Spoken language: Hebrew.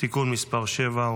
(תיקון מס' 7,